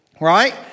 Right